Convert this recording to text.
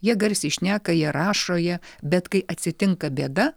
jie garsiai šneka jie rašo jie bet kai atsitinka bėda